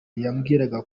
yambwiraga